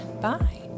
Bye